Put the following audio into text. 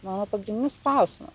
mano pagrindinis klausimas